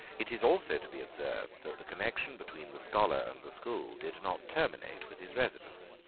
it is also to be observed that the connection between the scholar and the school did not terminate with his residence.